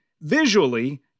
visually